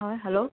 हय हॅलो